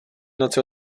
noci